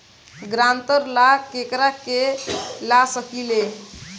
ग्रांतर ला केकरा के ला सकी ले?